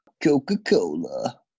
Coca-Cola